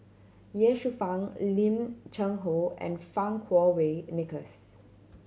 Ye Shufang Lim Cheng Hoe and Fang Kuo Wei Nicholas